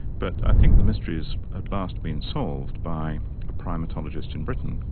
but i think the mystery has at last been solved by a primatologist in britain,